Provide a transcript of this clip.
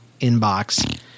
inbox